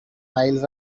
miles